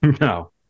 no